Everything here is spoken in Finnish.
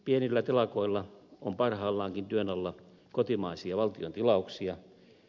pienillä telakoilla on parhaillaankin työn alla kotimaisia valtion tilauksia